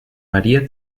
maría